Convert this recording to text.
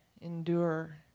endure